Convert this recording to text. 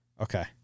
Okay